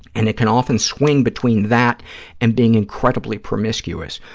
and it can often swing between that and being incredibly promiscuous,